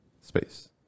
space